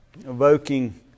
evoking